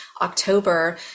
October